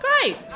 Great